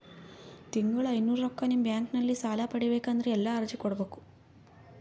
ತಿಂಗಳ ಐನೂರು ರೊಕ್ಕ ನಿಮ್ಮ ಬ್ಯಾಂಕ್ ಅಲ್ಲಿ ಸಾಲ ಪಡಿಬೇಕಂದರ ಎಲ್ಲ ಅರ್ಜಿ ಕೊಡಬೇಕು?